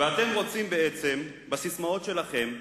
ואתם רוצים, בעצם, בססמאות שלכם,